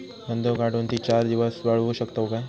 कांदो काढुन ती चार दिवस वाळऊ शकतव काय?